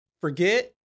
forget